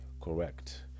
correct